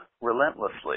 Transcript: relentlessly